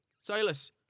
Silas